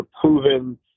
proven